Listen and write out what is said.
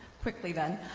quickly then.